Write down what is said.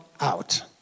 out